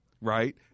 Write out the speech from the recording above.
right